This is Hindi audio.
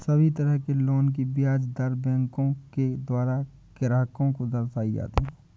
सभी तरह के लोन की ब्याज दर बैंकों के द्वारा ग्राहक को दर्शाई जाती हैं